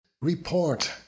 Report